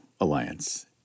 alliance